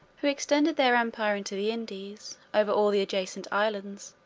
who extended their empire into the indies, over all the adjacent islands,